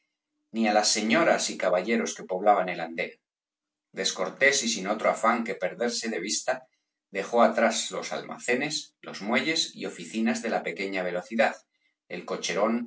ni á las señoras y caballeros que poblaban el andén descortés y sin otro afán que perderse de vista dejó atrás los almacenes los muelles y oficinas de la pequeña velocidad el cocherón